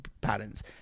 patterns